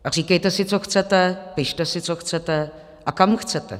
A říkejte si, co chcete, pište si, co chcete a kam chcete.